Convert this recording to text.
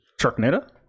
Sharknado